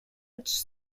dutch